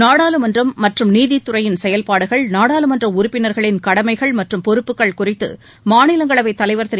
நாடாளுமன்றம் மற்றும் நீதித்துறையின் செயல்பாடுகள் நாடாளுமன்ற உறுப்பினர்களின் கடமைகள் மற்றும் பொறுப்புகள் குறித்து மாநிலங்களவைத் தலைவர் திரு